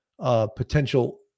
potential